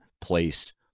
place